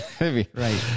right